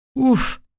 Oof